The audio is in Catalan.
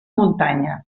muntanya